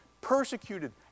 persecuted